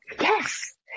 Yes